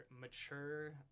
mature